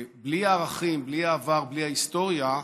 בלי הערכים, בלי העבר, בלי ההיסטוריה,